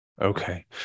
Okay